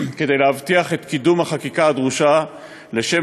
כדי להבטיח את קידום החקיקה הדרושה לשם